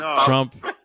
Trump